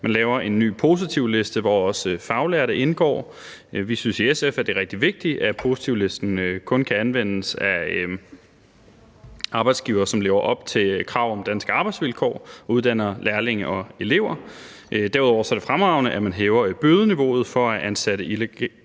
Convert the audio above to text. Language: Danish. Man laver en ny positivliste, hvori også faglærte indgår. Vi synes i SF, at det er rigtig vigtigt, at positivlisten kun kan anvendes af arbejdsgivere, som lever op til kravene til danske arbejdsvilkår og uddanner lærlinge og elever. Derudover er det fremragende, at man hæver bødeniveauet for at ansætte